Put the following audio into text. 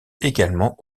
également